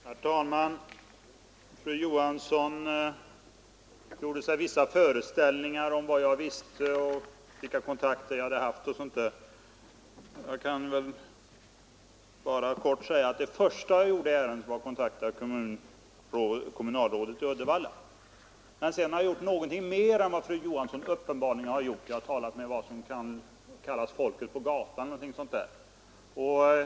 Herr talman! Fru Johansson i Uddevalla gjorde sig vissa föreställningar om vilka kontakter jag hade haft osv. Jag kan väl tala om att det första jag gjorde i ärendet var att kontakta kommunalrådet i Uddevalla. Men sedan har jag gjort någonting mer än vad fru Johansson uppenbarligen har gjort: jag har talat med dem som man ibland kallar folket på gatan.